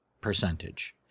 percentage